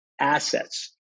assets